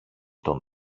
τον